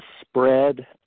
spread